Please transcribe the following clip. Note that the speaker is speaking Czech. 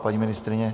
Paní ministryně?